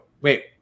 Wait